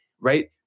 right